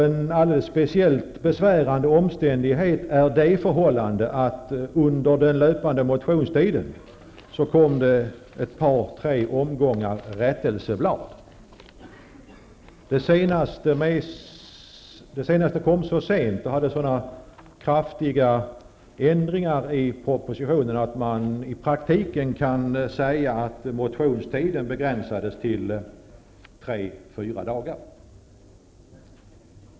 En alldeles speciellt besvärande omständighet är det förhållandet att det under den löpande motionstiden kom ett par tre omgångar rättelseblad. Det senaste kom så sent och innehöll sådana stora ändringar i propositionen att motionstiden i praktiken begränsades till tre fyra dagar.